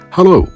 Hello